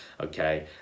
okay